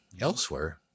elsewhere